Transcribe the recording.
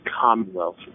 Commonwealth